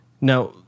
Now